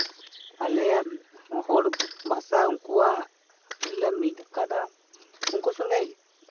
ᱟᱞᱮᱭᱟᱜ ᱦᱚᱲ ᱵᱷᱟᱥᱟ ᱩᱱᱠᱩᱣᱟᱜ ᱨᱮᱞᱮ ᱢᱤᱫ ᱟᱠᱟᱫᱟ ᱩᱱᱠᱩ ᱥᱚᱸᱜᱮ